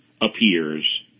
appears